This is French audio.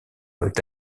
avec